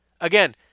Again